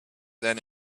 than